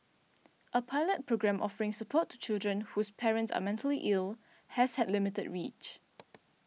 a pilot programme offering support to children whose parents are mentally ill has had limited reach